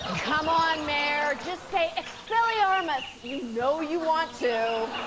come on, mayor. just say, expelliarmus. you know you want to.